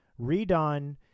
redone